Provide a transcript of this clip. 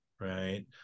right